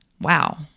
wow